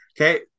Okay